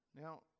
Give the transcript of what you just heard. Now